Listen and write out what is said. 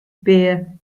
beer